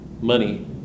money